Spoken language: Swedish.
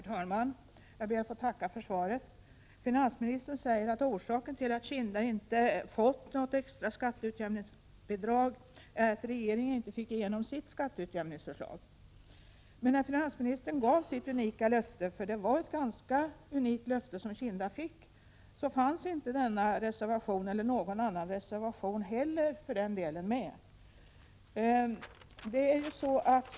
Herr talman! Jag ber att få tacka för svaret. Finansministern säger att orsaken till att Kinda inte fått extra skatteutjämningsbidrag är att regeringen inte fick igenom sitt skatteutjämningsförslag. Men när finansministern gav sitt unika löfte — det var ett ganska unikt löfte som Kinda fick — fanns inte denna eller någon annan reservation heller för den delen med.